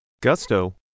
Gusto